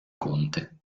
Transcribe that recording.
conte